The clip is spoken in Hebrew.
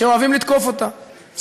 אני קוראת אותך לסדר